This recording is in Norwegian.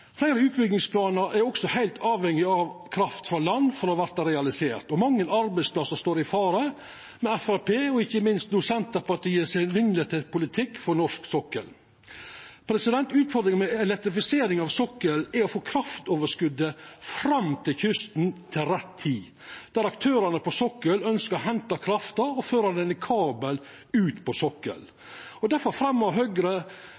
Fleire utbyggingsplanar er også heilt avhengige av kraft frå land for å verta realiserte. Mange arbeidsplassar står i fare med den vinglete politikken frå Framstegspartiet og ikkje minst no frå Senterpartiet for norsk sokkel. Utfordringa med elektrifisering av sokkelen er å få overskotskrafta fram til kysten til rett tid, der aktørane på sokkelen vil henta krafta og føra ho i kabel ut til sokkelen. Difor fremjar Høgre